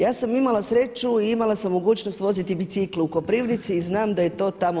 Ja sam imala sreću i imala sam mogućnost voziti bicikle u Koprivnici i znam da je to tamo